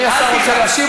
חבר הכנסת חזן, תודה.